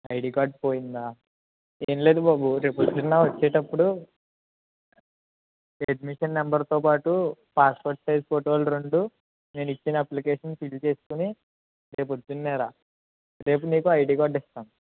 ID card పోయిందా ఏం లేదు బాబు రేపు పొద్దున వచ్చేటప్పుడు అడ్మిషన్ నెంబరుతో పాటు పాస్పోర్ట్ సైజ్ ఫోటోలు రెండు నేను ఇచ్చిన అప్లికేషన్ ఫిల్ చేసుకుని రేపు పొద్దున్నే రా రేపు నీకు ఐడీ కార్డ్ ఇస్తాను